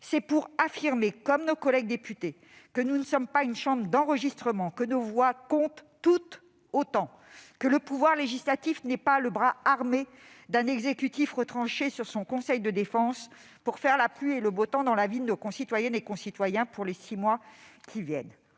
pour affirmer, comme nos collègues députés, que nous ne sommes pas une chambre d'enregistrement ; que nos voix comptent tout autant ; que le pouvoir législatif n'est pas le bras armé d'un exécutif retranché sur son conseil de défense pour faire la pluie et le beau temps dans la vie de nos concitoyennes et de nos concitoyens pour les six mois qui viennent.